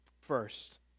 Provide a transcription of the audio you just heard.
First